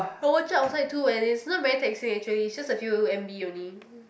watch it outside too and it's not very taxing actually just a few m_b only